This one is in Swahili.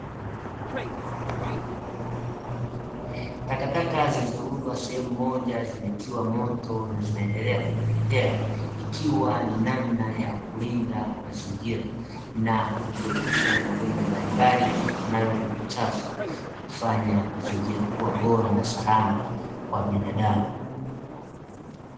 Takataka zilizorundwa sehemu moja zimetiwa moto na zinaendelea kuteketea, ikiwa ni namna ya kulinda mazingira na kujiepusha na magonjwa mbalimbali yatokanayo na uchafu, na kufanya mazingira kuwa bora na salama kwa binadamu.